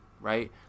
right